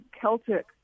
Celtic